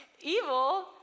Evil